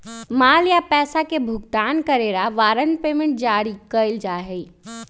माल या पैसा के भुगतान करे ला वारंट पेमेंट जारी कइल जा हई